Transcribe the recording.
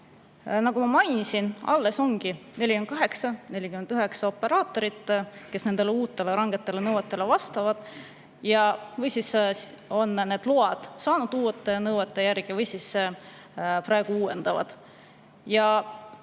Nagu ma mainisin, alles ongi 48–49 operaatorit, kes nendele uutele rangetele nõuetele vastavad, on need load saanud uute nõuete järgi või praegu uuendavad.